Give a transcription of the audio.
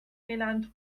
thailand